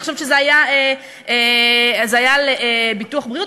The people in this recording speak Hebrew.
אני חושבת שזה היה על ביטוח בריאות,